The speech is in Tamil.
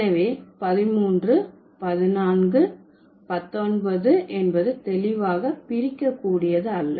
எனவே பதின்மூன்று பதினான்கு பத்தொன்பது என்பது தெளிவாக பிரிக்கக்கூடியதல்ல